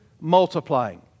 multiplying